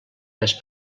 més